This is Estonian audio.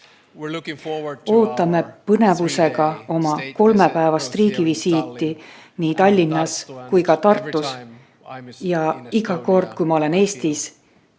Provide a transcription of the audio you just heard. Ootame põnevusega oma kolmepäevast riigivisiiti nii Tallinnas kui ka Tartus. Iga kord, kui ma olen Eestis,